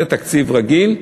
זה התקציב הרגיל,